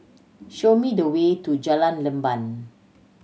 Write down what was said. show me the way to Jalan Leban